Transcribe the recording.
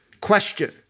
Question